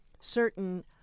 certain